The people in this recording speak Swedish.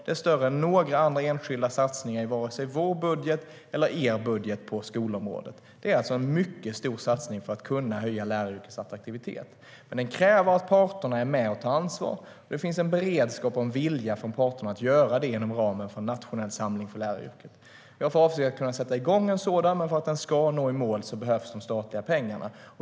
Den är större än några andra enskilda satsningar i vare sig vår budget eller er budget på skolområdet. Det är alltså en mycket stor satsning för att man ska kunna höja läraryrkets attraktivitet. Men den kräver att parterna är med och tar ansvar. Och det finns en beredskap och en vilja från parterna att göra det inom ramen för en nationell samling för läraryrket. Jag har för avsikt att sätta igång en sådan. Men för att den ska nå i mål behövs de statliga pengarna.